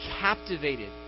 captivated